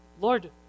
Lord